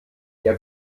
der